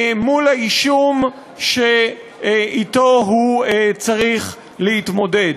מול האישום שאתו הוא צריך להתמודד.